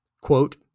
quote